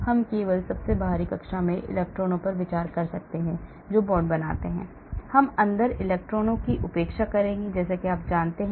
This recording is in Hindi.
हम केवल सबसे बाहरी कक्षा में इलेक्ट्रॉनों पर विचार कर सकते हैं जो bond बनाते हैं हम अंदर इलेक्ट्रॉनों की उपेक्षा करेंगे जैसे कि आप जानते हैं